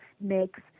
makes